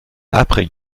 après